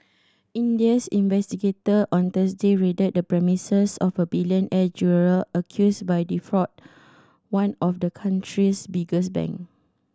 Indians investigator on Thursday raided the premises of a billionaire jeweller accused of defraud one of the country's biggest bank